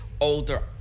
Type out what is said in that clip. older